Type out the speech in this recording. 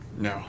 no